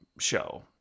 show